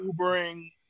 Ubering